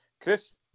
Chris